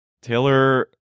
Taylor